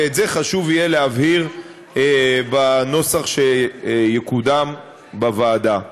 ואת זה יהיה חשוב להבהיר בנוסח שיקודם בוועדה.